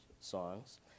songs